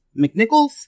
McNichols